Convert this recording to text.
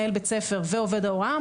מנהל בית הספר ועובד ההוראה,